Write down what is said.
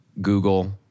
Google